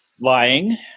Lying